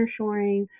nearshoring